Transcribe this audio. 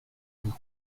doux